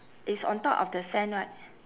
is on top of the sand right